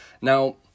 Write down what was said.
Now